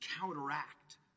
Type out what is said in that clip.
counteract